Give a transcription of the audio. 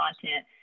content